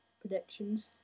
predictions